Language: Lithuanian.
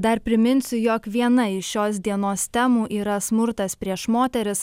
dar priminsiu jog viena iš šios dienos temų yra smurtas prieš moteris